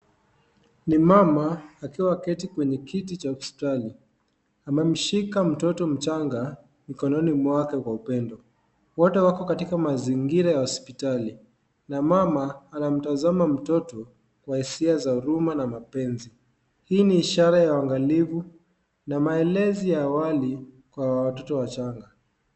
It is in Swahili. Ni mama akiwa ameketi kwenye kiti cha hospitali. Amemshika mtoto mchanga mikononi mwake kwa upendo. Wote wako katika mazingira ya hospitali. Na mama anamtazama mtoto kwa hisia za huruma na mapenzi. Hii ni ishara ya uangalifu na maelezi ya awali kwa watoto wachanga.